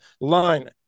line